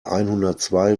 einhundertzwei